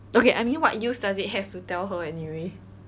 okay I'm mean what use does it have to tell her anyway